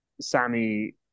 Sammy